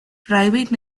private